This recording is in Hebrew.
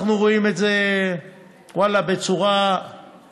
אנחנו רואים את זה בצורה רעה.